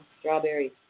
Strawberries